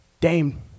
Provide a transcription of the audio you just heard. Dame